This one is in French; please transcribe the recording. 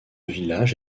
village